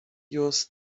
yours